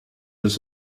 elles